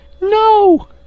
No